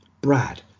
brad